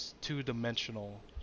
two-dimensional